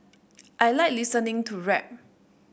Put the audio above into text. I like listening to rap